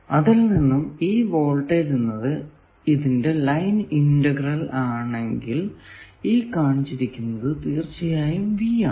അതിൽ നിന്നും ഈ വോൾടേജ് എന്നത് ഇതിന്റെ ലൈൻ ഇന്റഗ്രൽ ആണെങ്കിൽ ഈ കാണിച്ചിരിക്കുന്നത് തീർച്ചയായും V ആണ്